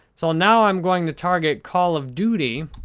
so, now i'm going to target call of duty.